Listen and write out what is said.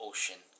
Ocean